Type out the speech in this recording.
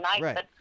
Right